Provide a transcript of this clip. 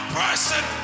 person